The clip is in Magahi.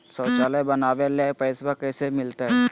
शौचालय बनावे ले पैसबा कैसे मिलते?